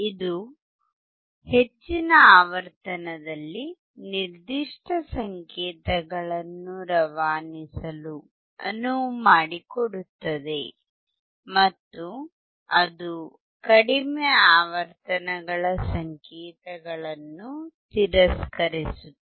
ಇದು ಹೆಚ್ಚಿನ ಆವರ್ತನದಲ್ಲಿ ನಿರ್ದಿಷ್ಟ ಸಂಕೇತಗಳನ್ನು ರವಾನಿಸಲು ಅನುವು ಮಾಡಿಕೊಡುತ್ತದೆ ಮತ್ತು ಅದು ಕಡಿಮೆ ಆವರ್ತನ ಸಂಕೇತಗಳನ್ನು ತಿರಸ್ಕರಿಸುತ್ತದೆ